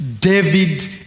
David